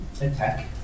attack